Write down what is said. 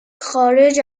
خارج